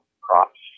crops